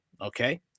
Okay